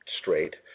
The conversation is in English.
straight